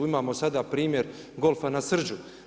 Imamo sada primjer golfa na Srđu.